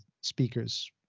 speakers